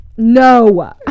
no